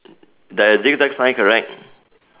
there is zigzag sign correct